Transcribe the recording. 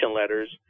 letters